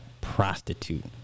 prostitute